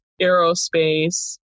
aerospace